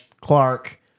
Clark